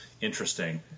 interesting